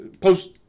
post